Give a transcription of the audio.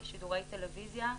משידורי טלוויזיה,